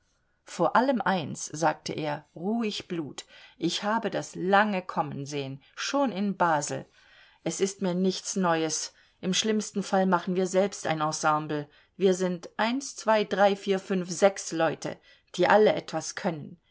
vor allem eins sagte er ruhig blut ich habe das lange kommen sehen schon in basel es ist mir nichts neues im schlimmsten fall machen wir selbst ein ensemble wir sind eins zwei drei vier fünf sechs leute die alle etwas können